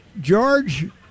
George